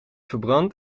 verbrand